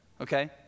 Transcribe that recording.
okay